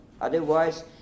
Otherwise